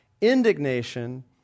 indignation